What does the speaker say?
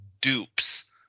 dupes